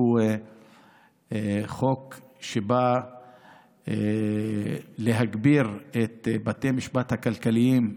שהוא חוק שבא להגביר את בתי המשפט הכלכליים,